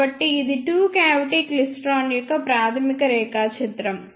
కాబట్టి ఇది two cavity klystron యొక్క ప్రాథమిక రేఖాచిత్రం